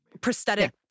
prosthetic